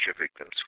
victims